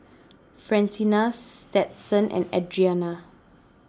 Francina Stetson and Adrienne